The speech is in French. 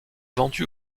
vendue